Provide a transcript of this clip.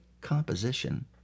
composition